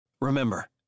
Remember